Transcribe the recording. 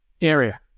area